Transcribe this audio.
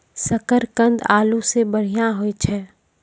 शकरकंद आलू सें बढ़िया होय छै